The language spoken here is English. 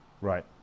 Right